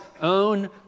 own